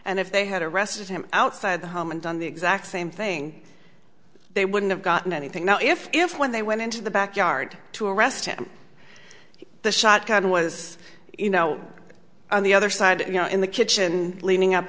and if they had arrested him outside the home and done the exact same thing they wouldn't have gotten anything now if if when they went into the backyard to arrest him the shotgun was you know on the other side you know in the kitchen leaning up